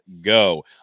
go